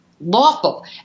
lawful